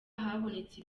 habonetse